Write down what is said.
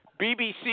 BBC